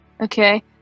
okay